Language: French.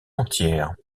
entières